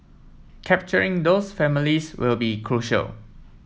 capturing those families will be crucial